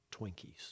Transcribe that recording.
Twinkies